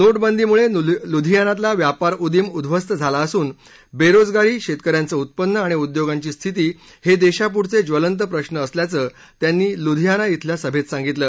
नोटबंदीमुळे लुधियानातला व्यापारउदीम उद्ववस्त झाला असून बेरोजगारी शेतक यांचं उत्पन्न आणि उद्योगांची स्थिती हे देशापुढचे ज्वलंत प्रश्न असल्याचं त्यांनी लुधियाना डिल्या सभेत सांगितलं